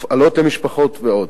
הפעלות למשפחות ועוד,